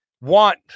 want